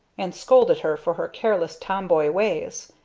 and scolded her for her careless tomboy ways.